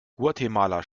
guatemala